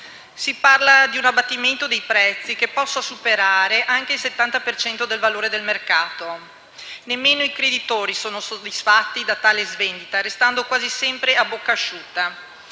Si parla di un abbattimento dei prezzi che possa superare anche il 70 per cento del valore di mercato. Nemmeno i creditori sono soddisfatti di tali svendite restando quasi sempre a bocca asciutta.